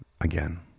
again